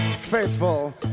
Faithful